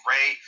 Ray